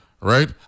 Right